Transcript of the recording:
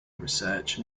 research